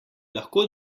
lahko